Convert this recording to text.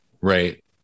Right